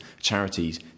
charities